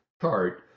chart